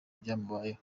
ibyamubayeho